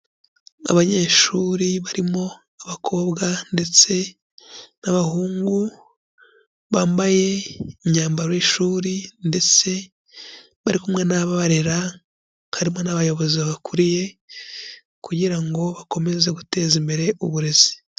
Abanyeshuri barimo abakobwa ndetse n'abahungu, bambaye imyambaro y'ishuri ndetse bari kumwe n'ababarera harimo n'abayobozi babakuriye, kugira ngo bakomeze guteza imbere uburezi.